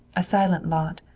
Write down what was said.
a silent lot,